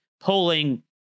polling